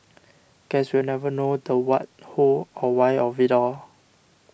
guess we'll never know the what who or why of it all